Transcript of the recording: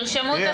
תרשמו את השאלות.